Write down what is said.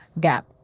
gap